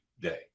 day